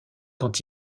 quand